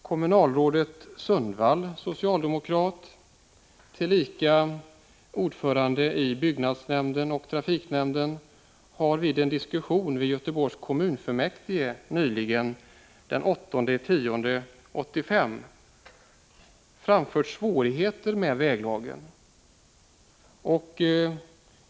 Kommunalrådet Erling Sundvall, socialdemokrat — tillika ordförande i byggnadsnämnden och trafiknämnden — har vid en diskussion i Göteborgs kommunfullmäktige nyligen, nämligen den 8oktober 1985, påtalat svårigheter när det gäller väglagen.